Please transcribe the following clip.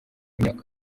imyaka